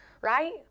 Right